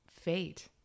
fate